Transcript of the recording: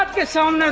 your son